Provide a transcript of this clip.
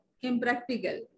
impractical